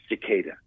cicada